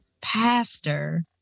pastor